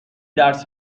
درس